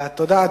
תודה.